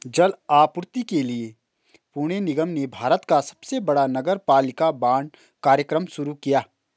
जल आपूर्ति के लिए पुणे निगम ने भारत का सबसे बड़ा नगरपालिका बांड कार्यक्रम शुरू किया